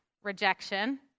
rejection